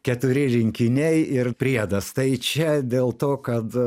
keturi rinkiniai ir priedas tai čia dėl to kad